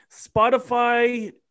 Spotify